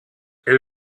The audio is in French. elle